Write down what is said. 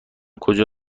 کجا